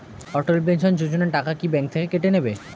অটল pension Yojana টাকা কি bank থেকে কেটে নেবে?